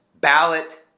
ballot